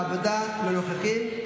העבודה, לא נוכחים.